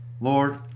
Lord